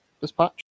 dispatch